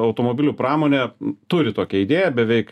automobilių pramonė turi tokią idėją beveik